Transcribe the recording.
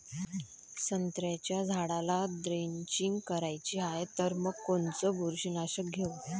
संत्र्याच्या झाडाला द्रेंचींग करायची हाये तर मग कोनच बुरशीनाशक घेऊ?